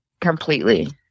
completely